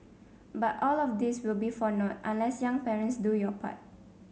but all of this will be for nought unless young parents do your part